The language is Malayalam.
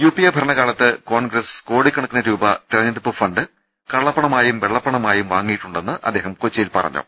യു പി എ ഭരണ കാലത്ത് കോൺഗ്രസ് കോടിക്കണക്കിന് രൂപ തെരഞ്ഞെടുപ്പ് ഫണ്ട് കള്ളപ്പണമായും വെള്ളപ്പണമായും വാങ്ങിയിട്ടുണ്ടെന്ന് അദ്ദേഹം കൊച്ചിയിൽ പറഞ്ഞു